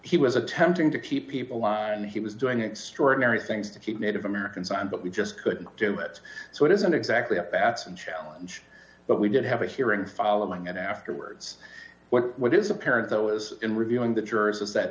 he was attempting to keep people on he was doing extraordinary things to keep native americans on but we just couldn't do it so it isn't exactly a pass and challenge but we did have a hearing following it afterwards what is apparent though is in reviewing the jurors is that